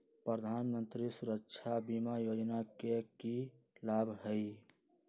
प्रधानमंत्री सुरक्षा बीमा योजना के की लाभ हई?